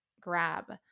Grab